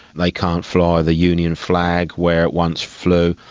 they can't fly the union flag where it once flew,